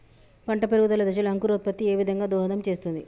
పంట పెరుగుదల దశలో అంకురోత్ఫత్తి ఏ విధంగా దోహదం చేస్తుంది?